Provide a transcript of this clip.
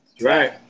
Right